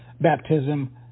baptism